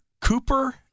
Cooper